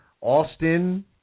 Austin